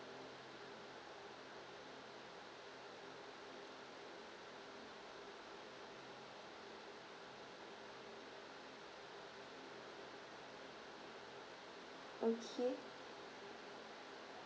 okay